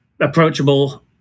approachable